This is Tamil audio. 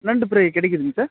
நண்டு ஃபிரை கெடைக்குதுங்க சார்